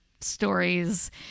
stories